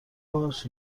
پارچ